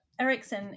Erickson